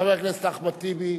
חבר הכנסת אחמד טיבי,